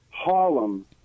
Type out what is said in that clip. Harlem